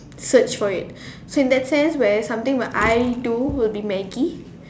search for it so in that sense where something where I do will be Maggie